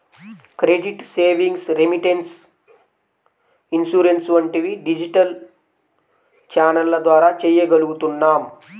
credit, savings, remittance, insurance వంటివి digital ఛానెల్ల ద్వారా చెయ్యగలుగుతున్నాం